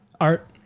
Art